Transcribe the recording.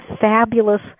fabulous